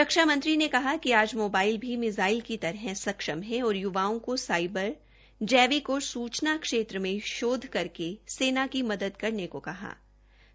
रक्षा ने कहा कि आज मोबाइल भी मिज़ाइल की तरह सक्षम है और युवाओं को साइबर जैविक और सूचना क्षेत्र में शौध करके सेना की मदद करने को कहा है